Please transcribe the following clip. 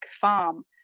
farm